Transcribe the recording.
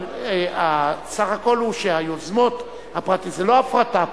אבל הסך-הכול הוא שהיוזמות זה לא הפרטה פה,